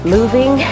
Moving